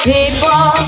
People